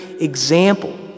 example